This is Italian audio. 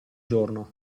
giorno